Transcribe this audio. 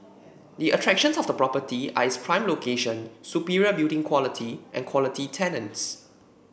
the attractions of the property are its prime location superior building quality and quality tenants